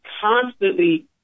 constantly